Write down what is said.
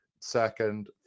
second